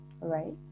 Right